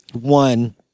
one